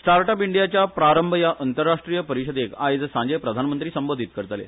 start up इंडियाच्या प्रारंभ या अंतरराष्ट्रीय परिषदेक आयज सांजे प्रधानमंत्री संबोधित करतले